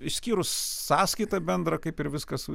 išskyrus sąskaitą bendrą kaip ir viskas